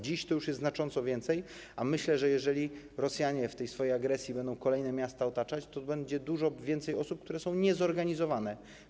Dziś to już jest znacząco więcej, a myślę, że jeżeli Rosjanie w swojej agresji będą otaczać kolejne miasta, to będzie dużo więcej osób, które są niezorganizowane.